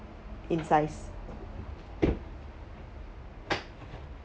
in size